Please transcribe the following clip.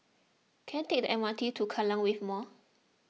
can I take the M R T to Kallang Wave Mall